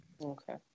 okay